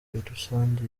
rusange